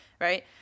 right